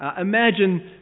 imagine